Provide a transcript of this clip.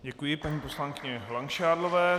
Děkuji paní poslankyni Langšádlové.